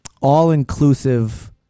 all-inclusive